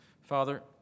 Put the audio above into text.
Father